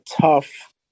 tough